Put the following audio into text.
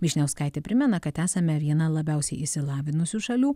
vyšniauskaitė primena kad esame viena labiausiai išsilavinusių šalių